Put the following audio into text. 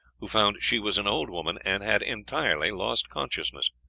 who found she was an old woman and had entirely lost consciousness.